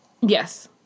yes